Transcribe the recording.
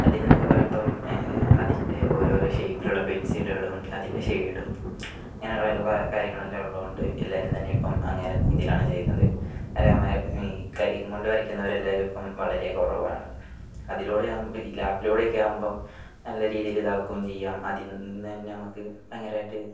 അതിലെന്നൊക്കെ പറയുമ്പോൾ അതിന്റെ ഓരോരോ ഷേപ്പിലുള്ള പെന്സിലുകളും അതിന്റെ ഷെയ്ഡും അങ്ങനെയുള്ള കാര്യങ്ങളെല്ലം ഉള്ളതുകൊണ്ട് എല്ലാവരും തന്നെ ഇപ്പം അങ്ങനത്തെ രീതിയിലാണ് ചെയ്യുന്നത് ഈ കൈയ്യും കൊണ്ട് വരയ്ക്കുന്നവരെല്ലാവരും ഇപ്പം വളരെ കുറവാണ് അതിലൂടെയാവുമ്പോൾ ഈ ലാപ്പിലൂടെയൊക്കെ ആവുമ്പോൾ നല്ല രീതിയില് ഇതാക്കുകയും ചെയ്യാം അതിൽനിന്നുതന്നെ നമുക്ക് ഭയങ്കരമായിട്ട്